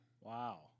Wow